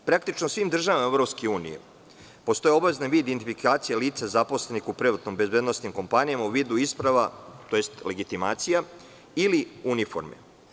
U praktično svim državama EU postoji obavezan vid identifikacije lica zaposlenih u privatno-bezbednosnim kompanija u vidu isprava tj. legitimacija, ili uniforme.